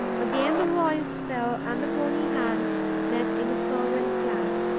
again the voice fell, and the bony hands met in a fervent clasp.